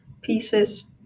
pieces